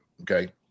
okay